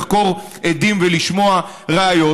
לחקור עדים ולשמוע ראיות,